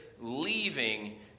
leaving